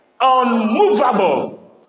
unmovable